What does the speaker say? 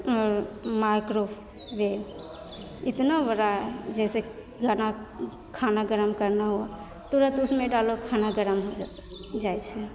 हँ माइक्रोवेभ इतना बड़ा जैसे घाना खाना गरम करना हो तुरत उसीमे डालो खाना गरम हो जाता है जाइत छै